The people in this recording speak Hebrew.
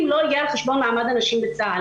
לא יהיה על חשבון מעמד הנשים בצה"ל.